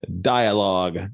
Dialogue